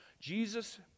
Jesus